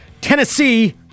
Tennessee